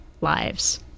lives